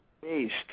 based